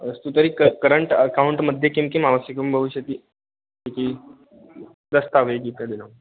अस्तु तर्हि current account मध्ये किं किम् आवश्यकं भविष्यति इति